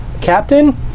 captain